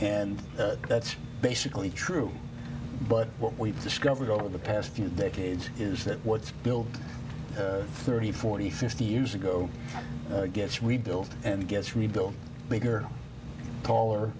and that's basically true but what we've discovered over the past few decades is that what's built thirty forty fifty years ago gets rebuilt and gets rebuilt bigger taller